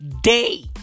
day